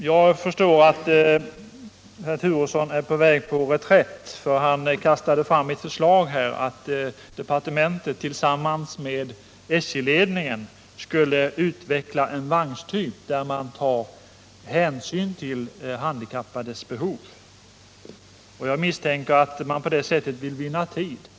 Jag förstår att herr Turesson är något på reträtt, för han kastade slutligen fram ett förslag om att departementet tillsammans med SJ-ledningen skulle utveckla en vagnstyp där man tar hänsyn till de handikappades behov. Jag misstänker att man på det sättet vill vinna tid.